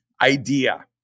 idea